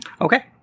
Okay